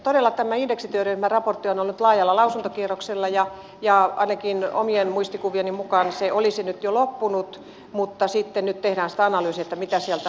todella tämä indeksityöryhmän raportti on ollut laajalla lausuntokierroksella ja ainakin omien muistikuvieni mukaan se olisi nyt jo loppunut mutta nyt tehdään sitä analyysiä että mitä sieltä on tullut